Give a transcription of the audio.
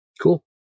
cool